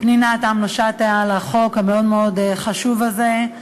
פנינה תמנו-שטה על החוק המאוד-מאוד חשוב הזה,